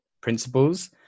principles